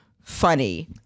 funny